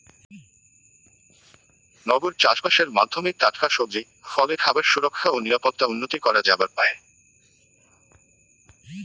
নগর চাষবাসের মাধ্যমে টাটকা সবজি, ফলে খাবার সুরক্ষা ও নিরাপত্তা উন্নতি করা যাবার পায়